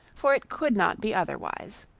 for it could not be otherwise.